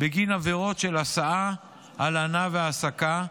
בגין עבירות של הסעה, הלנה והעסקה,